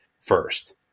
first